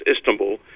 Istanbul